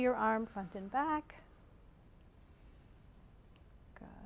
your arm front and back